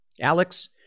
Alex